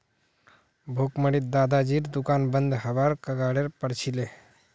भुखमरीत दादाजीर दुकान बंद हबार कगारेर पर छिले